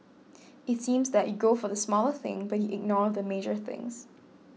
it seems that you go for the smaller thing but you ignore the major things